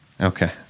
Okay